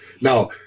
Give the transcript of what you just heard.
Now